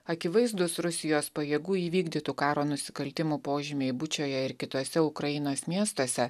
akivaizdūs rusijos pajėgų įvykdytų karo nusikaltimų požymiai bučioje ir kituose ukrainos miestuose